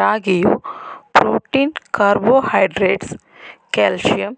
ರಾಗಿಯು protein carbohydrates calcium